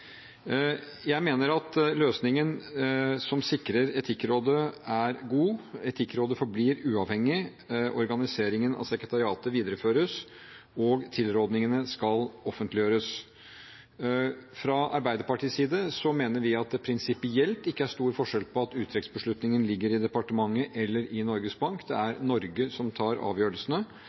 Jeg mener at løsningen som sikrer Etikkrådet, er god. Etikkrådet forblir uavhengig, organiseringen av sekretariatet videreføres, og tilrådingene skal offentliggjøres. Fra Arbeiderpartiets side mener vi at det prinsipielt ikke er stor forskjell på at uttrekksbeslutningen ligger i departementet eller i Norges Bank. Det er Norge som tar avgjørelsene.